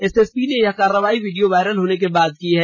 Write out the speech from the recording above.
SSP ने यह कार्रवाई वीडियो वायरल होने के बाद की है